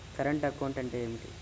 Current account అంటే ఏమిటి?